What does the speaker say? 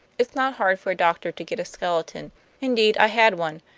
it's not hard for a doctor to get a skeleton indeed, i had one,